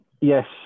yes